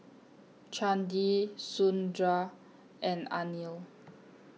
Chandi Sundar and Anil